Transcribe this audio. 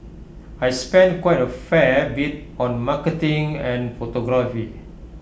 I spend quite A fair bit on marketing and photography